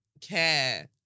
care